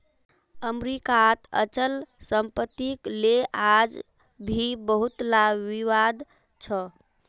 अमरीकात अचल सम्पत्तिक ले आज भी बहुतला विवाद छ